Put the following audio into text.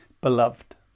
beloved